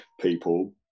people